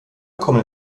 kommen